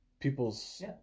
people's